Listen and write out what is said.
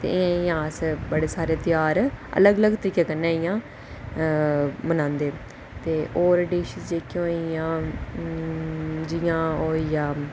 ते इ'यां अस बड़े सारे ध्यार अलग अलग तरीके कन्नै इ'यां बनांदे ते होर डिशिज जेह्कियां होई गेई जि'यां ओह् होई आ